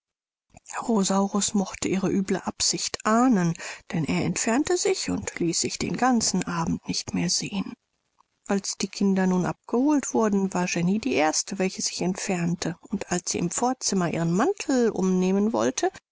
mochte ihre üble absicht ahnden denn er entfernte sich und ließ sich den ganzen abend nicht mehr sehen als die kinder nun abgeholt wurden war jenny die erste welche sich entfernte und als sie im vorzimmer ihren mantel umnehmen wollte